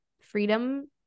freedom